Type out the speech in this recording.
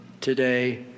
today